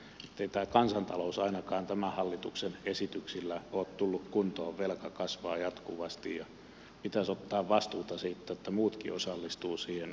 ei tämä kansantalous ainakaan tämän hallituksen esityksillä ole tullut kuntoon velka kasvaa jatkuvasti ja pitäisi ottaa vastuuta siitä että muutkin osallistuvat siihen